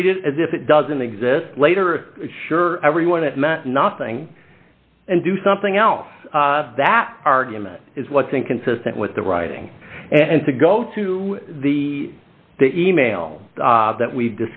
treated as if it doesn't exist later sure everyone it meant nothing and do something else that argument is what's inconsistent with the writing and to go to the e mail that we've